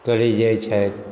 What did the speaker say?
करैत जाइत छथि